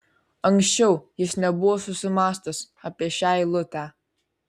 anksčiau jis nebuvo susimąstęs apie šią eilutę